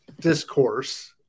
discourse